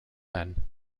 then